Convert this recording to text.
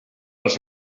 els